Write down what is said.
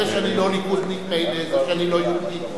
זה שאני לא ליכודניק, מילא, זה שאני לא יהודי,